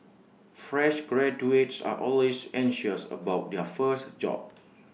fresh graduates are always anxious about their first job